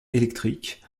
électriques